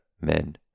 men